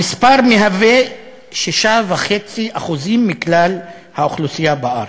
המספר מהווה 6.5% מכלל האוכלוסייה בארץ.